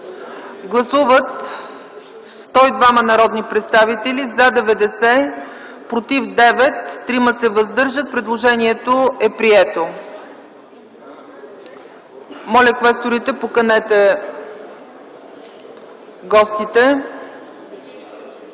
Гласували 102 народни представители: за 90, против 9, въздържали се 3. Предложението е прието. Моля, квесторите поканете гостите.